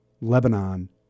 Lebanon